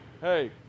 Hey